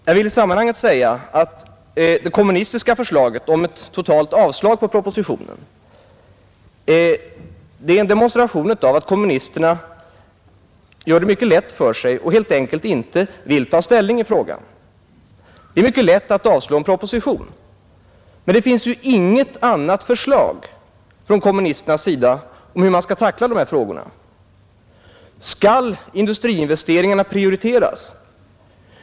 Jag vill i sammanhanget säga att det kommunistiska förslaget om ett totalt avslag på propositionen är en demonstration av att kommunisterna gör det mycket lätt för sig och helt enkelt inte vill ta ställning i frågan. Det är mycket lätt att avslå en proposition, men det finns ju inte något annat förslag från kommunisternas sida om hur man skall tackla dessa frågor. Skall industriinvesteringarna prioriteras?